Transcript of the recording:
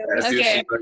Okay